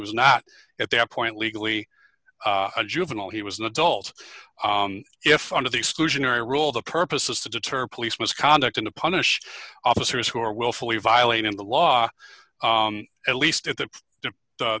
was not at that point legally a juvenile he was an adult if under the exclusionary rule the purpose was to deter police misconduct in to punish officers who are willfully violating the law at least at the